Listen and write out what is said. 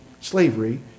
slavery